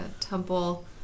temple